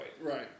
Right